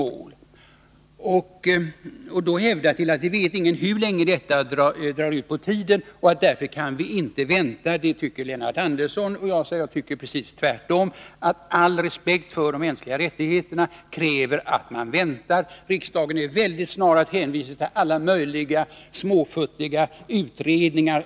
Lennart Andersson hävdar att ingen vet hur länge det kan pågå, att det kan dra ut på tiden och att vi inte kan vänta. Jag tycker precis tvärtom, att all respekt för de mänskliga rättigheterna kräver att man väntar. Riksdagen brukar vara snar att hänvisa till alla möjliga futtiga utredningar.